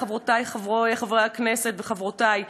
חברי חברי הכנסת וחברותי,